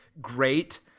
great